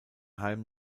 heim